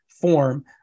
form